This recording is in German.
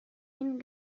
ihnen